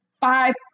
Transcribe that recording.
five